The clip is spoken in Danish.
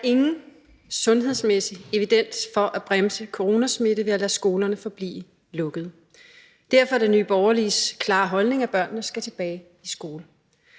Der er ingen sundhedsmæssig evidens for, at man bremser coronasmitten ved at lade skolerne forblive lukkede. Derfor er det Nye Borgerliges klare holdning, at børnene skal tilbage i skole.